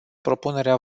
propunerea